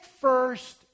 first